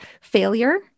failure